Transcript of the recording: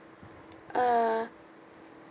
uh